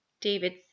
David